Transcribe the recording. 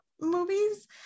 movies